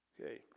Okay